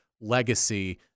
legacy